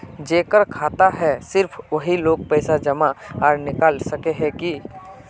जेकर खाता है सिर्फ वही लोग पैसा जमा आर निकाल सके है की?